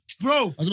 Bro